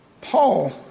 Paul